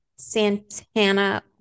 Santana